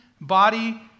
body